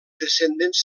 descendents